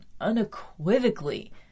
unequivocally